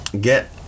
get